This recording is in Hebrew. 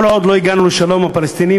כל עוד לא הגענו לשלום עם הפלסטינים